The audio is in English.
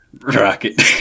Rocket